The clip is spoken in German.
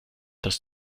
das